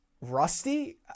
rusty